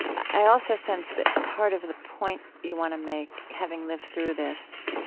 i also sense that part of the point you want to make, having lived through this,